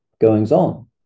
goings-on